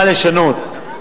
מה לשנות,